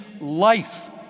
life